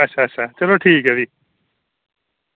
अच्छा अच्छा चलो ठीक ऐ भी